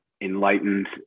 enlightened